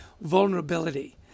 Vulnerability